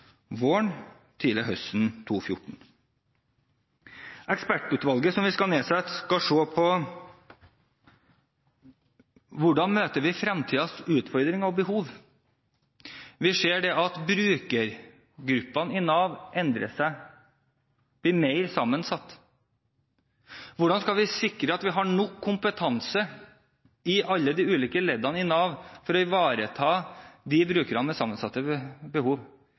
våren eller tidlig på høsten 2014. Ekspertutvalget som vi skal nedsette, skal se på hvordan vi møter fremtidens utfordringer og behov. Vi ser at brukergruppene i Nav endrer seg, blir mer sammensatte. Hvordan skal vi sikre at vi har nok kompetanse i alle de ulike leddene i Nav for å ivareta brukerne med sammensatte behov?